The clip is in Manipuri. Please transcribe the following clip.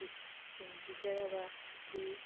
ꯁꯤꯡ ꯄꯤꯖꯔꯕꯗꯤ